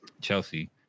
Chelsea